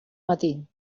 matí